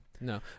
no